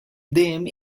dejjem